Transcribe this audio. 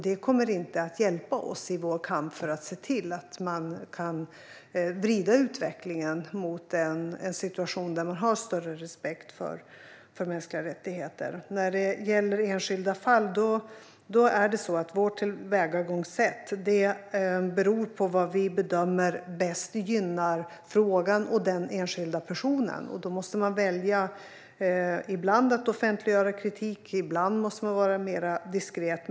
Det kommer inte att hjälpa oss i vår kamp för att vrida utvecklingen mot en situation med större respekt för mänskliga rättigheter. När det gäller enskilda fall beror vårt tillvägagångssätt på vad vi bedömer bäst gynnar frågan och den enskilda personen. Då måste vi ibland välja att offentliggöra kritik, men ibland måste vi vara mer diskreta.